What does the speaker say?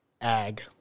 Ag